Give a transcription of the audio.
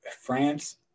France